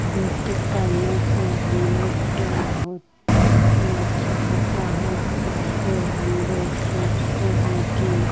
बैठक करने से हम लोग को बहुत ही अच्छा होता है जैसे हम लोग सोचते हैं कि